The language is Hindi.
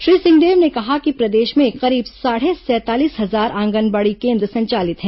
श्री सिंहदेव ने कहा कि प्रदेश में करीब साढ़े सैंतालीस हजार आंगनबाड़ी संचालित हैं